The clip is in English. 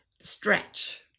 Stretch